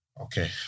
Okay